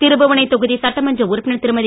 திருபுவனை தொகுதி சட்டமன்ற உறுப்பினர் திருமதி